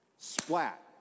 Splat